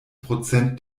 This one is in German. prozent